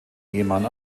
ehemann